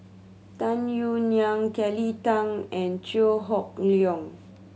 Tung Yue Nang Kelly Tang and Chew Hock Leong